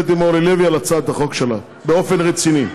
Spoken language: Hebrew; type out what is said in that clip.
עם אורלי לוי על הצעת החוק שלה באופן רציני.